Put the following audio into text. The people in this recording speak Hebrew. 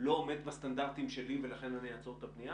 לא עומד בסטנדרטים שלי ולכן אני אעצור את הבנייה?